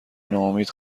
ناامید